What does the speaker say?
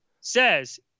says